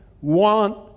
want